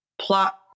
plot